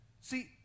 See